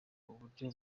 uburyo